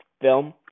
film